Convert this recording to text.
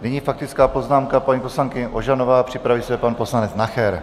Nyní faktická poznámka paní poslankyně Ožanové, připraví se pan poslanec Nacher.